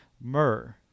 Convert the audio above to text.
myrrh